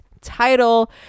title